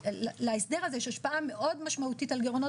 להסדר הזה יש השפעה מאוד משמעותית על גירעונות